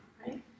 right